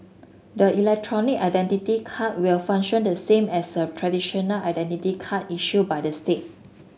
the electronic identity card will function the same as a traditional identity card issued by the state